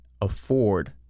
afford